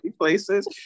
places